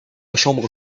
chambre